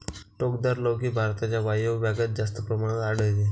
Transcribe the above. टोकदार लौकी भारताच्या वायव्य भागात जास्त प्रमाणात आढळते